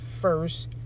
first